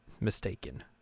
mistaken